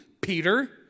Peter